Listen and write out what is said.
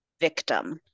victim